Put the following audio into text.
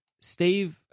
Steve